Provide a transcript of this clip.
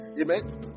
Amen